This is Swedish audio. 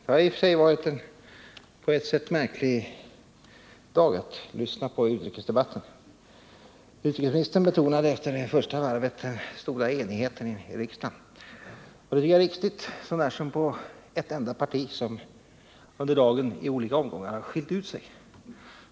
Herr talman! Dagens utrikesdebatt har i ett avseende varit märklig. Utrikesministern betonade efter det första debattvarvet den stora enigheten i riksdagen, och det var en riktig anmärkning utom i vad avser ett parti som under dagen i olika omgångar har skilt ut sig.